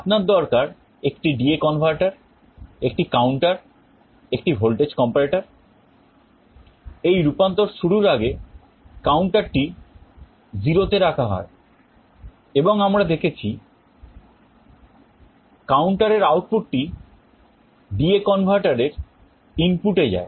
আপনার দরকার একটি DA converter একটি counter একটি ভোল্টেজ comparator এই রূপান্তর শুরুর আগে counterটি 0 তে রাখা হয় এবং আমরা দেখেছি counter এর আউটপুট টি DA converter এর ইনপুটে যায়